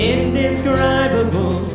Indescribable